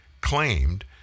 claimed